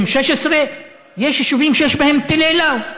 M16. יש יישובים שיש בהם טילי לאו.